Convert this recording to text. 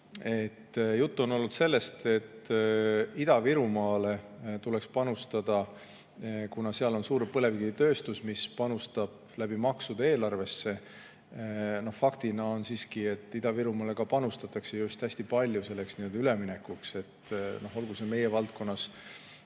Juttu on olnud sellest, et Ida-Virumaale tuleks panustada, kuna seal on suur põlevkivitööstus, mis panustab maksudega eelarvesse. Fakt on siiski, et Ida-Virumaale ka hästi palju panustatakse selleks üleminekuks, olgu see meie valdkonnas